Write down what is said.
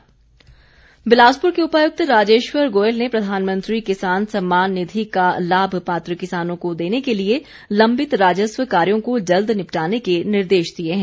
सम्मान निधि बिलासपुर के उपायुक्त राजेश्वर गोयल ने प्रधानमंत्री किसान सम्मान निधि का लाभ पात्र किसानों को देने के लिए लंबित राजस्व कार्यों को जल्द निपटाने के निर्देश दिए हैं